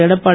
Edappadi